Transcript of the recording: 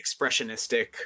expressionistic